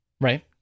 Right